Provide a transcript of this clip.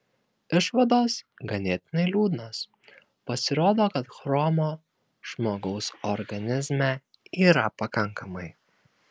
išvados ganėtinai liūdnos pasirodo kad chromo žmogaus organizme yra pakankamai